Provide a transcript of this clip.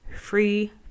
Free